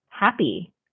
happy